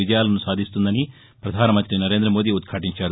విజయాలను సాధిస్తుందని పధాన మంతి నరేంద్ర మోదీ ఉద్భాటించారు